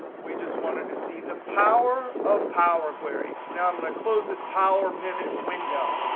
we just wanted to see the power of power query. now i'm going to close this power pivot window.